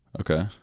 Okay